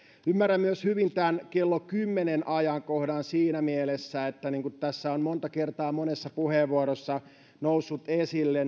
ymmärrän hyvin myös tämän kello kymmenen ajankohdan siinä mielessä että niin kuin tässä on monta kertaa monessa puheenvuorossa noussut esille